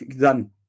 done